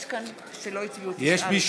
אני אבקש להקריא את השמות שוב, של אלה שלא היו.